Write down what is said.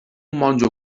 monjo